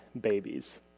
babies